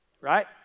right